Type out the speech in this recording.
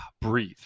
breathe